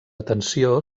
atenció